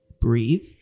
breathe